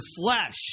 flesh